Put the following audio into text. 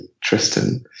Tristan